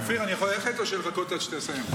אופיר, אני יכול ללכת, או לחכות עד שתסיים?